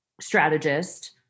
strategist